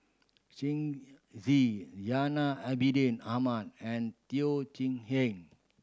Shen Xi Zainal Abidin Ahmad and Teo Chee Hean